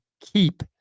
keep